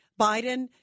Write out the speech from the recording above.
Biden